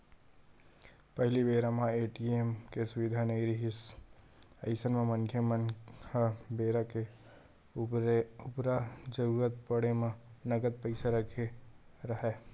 पहिली बेरा म ए.टी.एम के सुबिधा नइ रिहिस अइसन म मनखे मन ह बेरा के उबेरा जरुरत पड़े म नगद पइसा रखे राहय